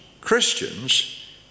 Christians